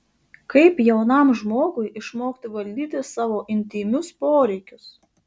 kaip jaunam žmogui išmokti valdyti savo intymius poreikius